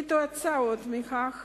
עקב כך